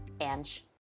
Ange